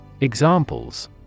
Examples